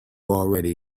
already